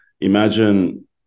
imagine